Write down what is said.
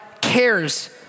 cares